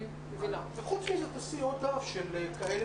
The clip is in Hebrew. ננעלה בשעה 14:30.